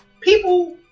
people